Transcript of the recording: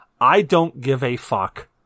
I-don't-give-a-fuck